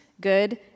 good